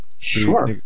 Sure